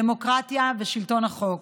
דמוקרטיה ושלטון החוק.